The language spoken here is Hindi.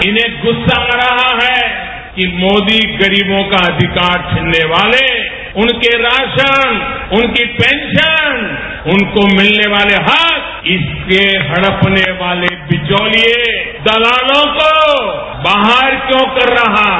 इन्हें गुस्सा आ रहा है कि मोदी गरीबों का अधिकार छिनने वाले उनके राशन उनकी पेंरान उनको मिलने वाले हक इसके हडपने वाले विचौलिये दलातों को बाहर क्यों कर रहा है